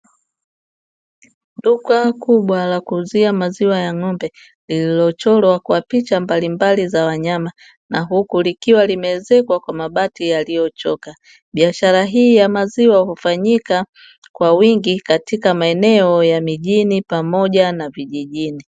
Duka kubwa la kuuzia maziwa ya ng'ombe, lililochorwa kwa picha mbalimbali za wanyama na huku likiwa limeezekwa kwa mabati yaliyochoka. Biashara hii ya maziwa hufanyika kwa wingi katika maeneo ya mijini pamoja na vijijini.